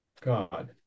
God